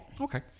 Okay